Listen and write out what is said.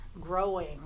growing